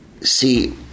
See